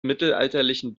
mittelalterlichen